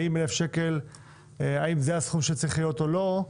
האם 1,000 שקלים זה הסכום שצריך להיות או לא,